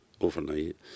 overnight